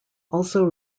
also